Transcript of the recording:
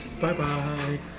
Bye-bye